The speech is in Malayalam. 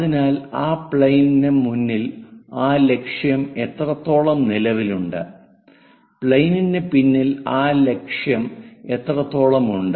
അതിനാൽ ആ പ്ലെയിനിന് മുന്നിൽ ആ ലക്ഷ്യം എത്രത്തോളം നിലവിലുണ്ട് പ്ലെയിനിന് പിന്നിൽ ആ ലക്ഷ്യം എത്രത്തോളം ഉണ്ട്